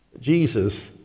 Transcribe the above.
Jesus